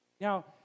Now